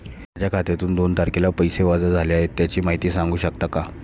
माझ्या खात्यातून दोन तारखेला पैसे वजा झाले आहेत त्याची माहिती सांगू शकता का?